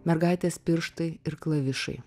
mergaitės pirštai ir klavišai